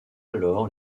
alors